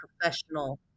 professional